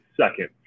Second